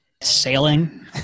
Sailing